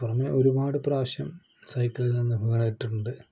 പറഞ്ഞാൽ ഒരുപാട് പ്രാവശ്യം സൈക്കിളില് നിന്ന് വീണിട്ടുണ്ട്